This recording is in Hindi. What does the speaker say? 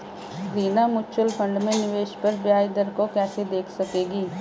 रीना म्यूचुअल फंड में निवेश पर ब्याज दर को कैसे देख सकेगी?